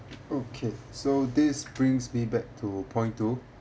okay so this brings me back to point two